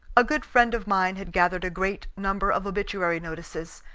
a good friend of mine had gathered a great number of obituary notices,